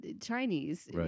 Chinese